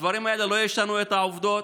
הדברים האלה לא ישנו את העובדות.